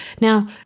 Now